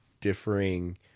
differing